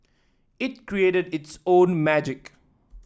it created its own magic